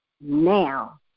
now